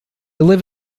live